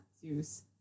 Zeus